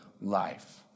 life